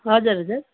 हजुर हजुर